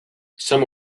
some